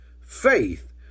faith